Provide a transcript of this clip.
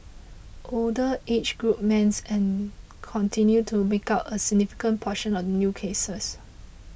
older age groups men and continued to make up a significant proportion of new cases